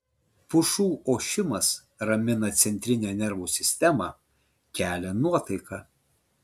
pušų ošimas ramina centrinę nervų sistemą kelia nuotaiką